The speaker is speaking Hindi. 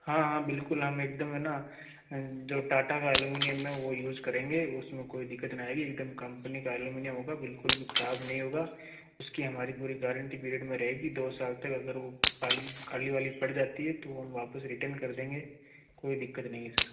हाँ हाँ बिल्कुल हम एकदम है न जो टाटा के एल्यूमिनियम है वो यूज करेंगे उसमें कोई दिक्कत न आएगी एकदम कंपनी का एल्यूमिनियम होगा बिल्कुल भी खराब नहीं होगा उसकी हमारी पूरी गारंटी पीरियड में रहेगी दो साल तक अगर वो काली काली वाली पड़ जाती है तो हम वापस रिटन कर देंगे कोई दिक्कत नहीं है सर